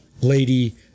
Lady